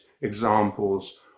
examples